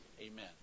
Amen